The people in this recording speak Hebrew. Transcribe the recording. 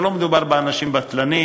לא מדובר באנשים בטלנים,